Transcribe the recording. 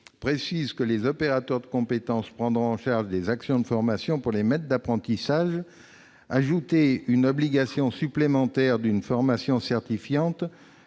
précise que les opérateurs de compétences prendront en charge les actions de formation pour les maîtres d'apprentissage. Ajouter une obligation supplémentaire de formation certifiante